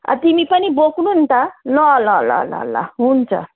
तिमी पनि बोक्नु नि त ल ल ल ल ल हुन्छ